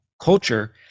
culture